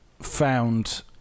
found